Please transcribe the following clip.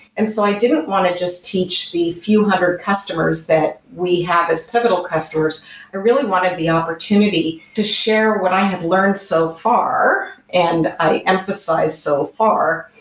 and so i didn't want to just teach the few hundred customers that we have as pivotal customers ah really wanted the opportunity to share what i have learned so far, and i emphasize so far,